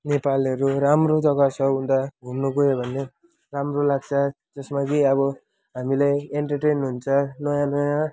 नेपालहरू राम्रो जग्गा छ उता घुम्न गयो भने राम्रो लाग्छ जसमा कि अब हामीलाई इन्टरटेन हुन्छ नयाँ नयाँ